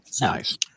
Nice